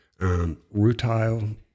rutile